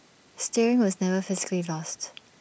steering was never physically lost